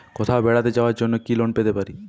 কোথাও বেড়াতে যাওয়ার জন্য কি লোন পেতে পারি?